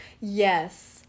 Yes